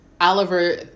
Oliver